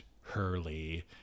Hurley